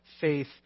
faith